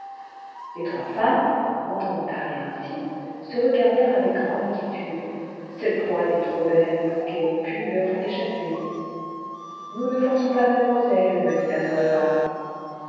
les trois femmes m'entendant parler ainsi se regardèrent avec grande inquiétude cette proie était trop belle pour qu'elle pût leur échapper nous ne forçons pas mademoiselle me dit la